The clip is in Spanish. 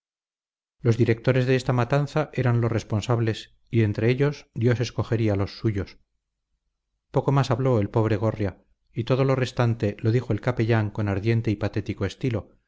los directores de esta matanza eran los responsables y entre ellos dios escogería los suyos poco más habló el pobre gorria y todo lo restante lo dijo el capellán con ardiente y patético estilo